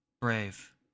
Brave